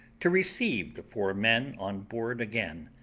to receive the four men on board again,